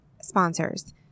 sponsors